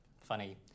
funny